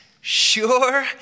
sure